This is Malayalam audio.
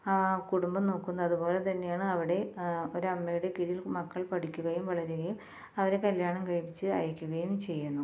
ആ കുടുംബം നോക്കുന്നതുപോലെ തന്നെയാണ് അവിടെ ഒരു അമ്മയുടെ കീഴിൽ മക്കൾ പഠിക്കുകയും വളരുകയും അവരെ കല്ല്യാണം കഴിപ്പിച്ച് അയക്കുകയും ചെയ്യുന്നു